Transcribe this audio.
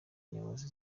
nyobozi